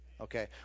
Okay